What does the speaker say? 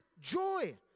joy